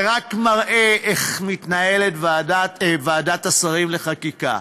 זה רק מראה איך מתנהלת ועדת השרים לחקיקה,